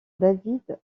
david